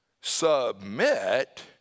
Submit